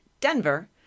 Denver